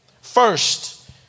First